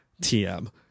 TM